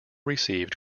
received